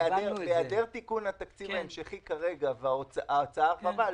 בהיעדר תיקון לתקציב ההמשכי כרגע וההוצאה הרחבה,